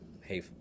hey